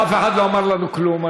אף אחד לא אמר לנו כלום.